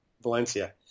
Valencia